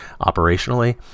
operationally